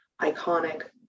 iconic